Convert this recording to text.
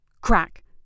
Crack